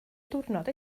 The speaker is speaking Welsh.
diwrnod